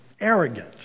arrogant